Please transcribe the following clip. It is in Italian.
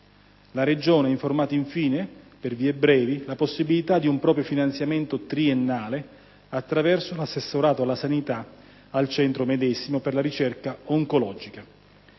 La Regione, ha informato infine, per le vie brevi, circa la possibilità di un proprio finanziamento triennale, attraverso l'assessorato alla sanità, al centro medesimo per la ricerca oncologica.